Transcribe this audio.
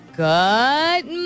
good